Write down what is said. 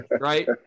Right